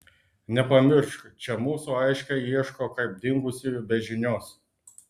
nepamiršk čia mūsų aiškiai ieško kaip dingusiųjų be žinios